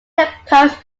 approached